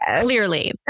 Clearly